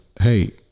hey